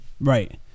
Right